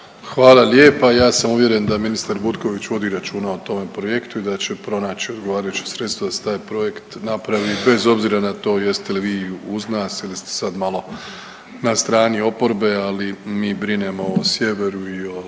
Hvala lijepa. Ja sam uvjeren da ministar Butković vodi računa o tome projektu i da će pronaći odgovarajuća sredstva da se taj projekt napravi bez obzira na to jeste li vi uz nas ili ste sada malo na strani oporbe. Ali mi brinemo o sjeveru, i o